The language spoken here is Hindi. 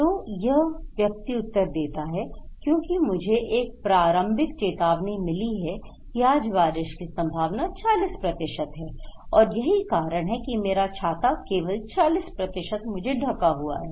तो यह व्यक्ति उत्तर देता है क्योंकि मुझे एक प्रारंभिक चेतावनी मिली है की आज बारिश की संभावना 40 है और यही कारण है कि मेरा छाता केवल 40 मुझे ढंका हुआ है